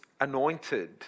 anointed